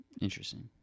Interesting